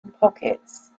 pockets